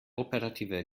operative